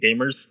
gamers